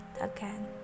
again